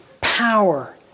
power